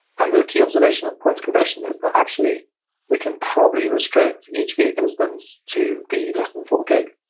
and the key observation of points compression is that actually we can probably restrict restrict each v eight instance to be less than four gig.